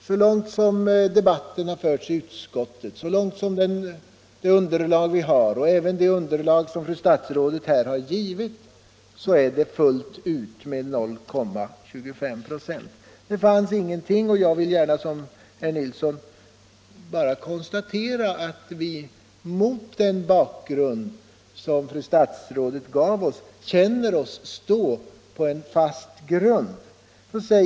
Så långt vi kunnat finna av den debatt som förts i utskottet och det underlag vi haft tillgång till och även med hänsyn till det underlag fru statsrådet här givit är det ”fullt ut” med 0,25 96. Jag vill i likhet med herr Nilsson i Tvärålund konstatera att vi mot den bakgrund som fru statsrådet gav oss känner oss stå på fast mark.